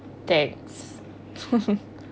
thanks